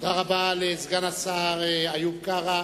תודה רבה לסגן השר איוב קרא.